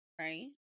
right